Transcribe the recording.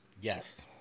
Yes